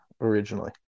originally